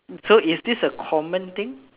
so is this a common thing